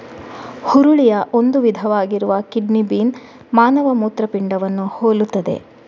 ಹುರುಳಿಯ ಒಂದು ವಿಧವಾಗಿರುವ kidney bean ಮಾನವ ಮೂತ್ರಪಿಂಡವನ್ನು ಹೋಲುತ್ತದೆ